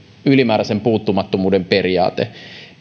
ylimääräisen puuttumattomuuden periaate